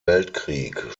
weltkrieg